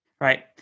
Right